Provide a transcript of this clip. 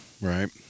right